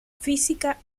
física